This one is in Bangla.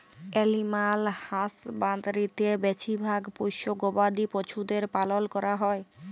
এলিম্যাল হাসবাঁদরিতে বেছিভাগ পোশ্য গবাদি পছুদের পালল ক্যরা হ্যয়